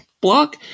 block